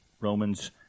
Romans